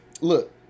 look